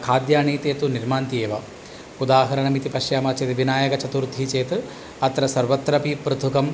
खाद्यानि ते तु निर्मीयन्तेव उदाहरणमिति पश्यामः चेत् विनायकचतुर्थी चेत् अत्र सर्वत्रपि पृथुकम्